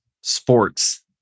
sports